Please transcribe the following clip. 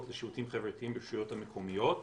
לשירותים חברתיים ברשויות המקומיות.